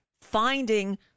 finding